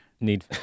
need